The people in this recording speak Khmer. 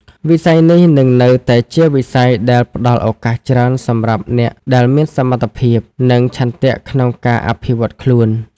វិស័យនេះនឹងនៅតែជាវិស័យដែលផ្តល់ឱកាសច្រើនសម្រាប់អ្នកដែលមានសមត្ថភាព និងឆន្ទៈក្នុងការអភិវឌ្ឍខ្លួន។